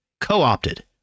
co-opted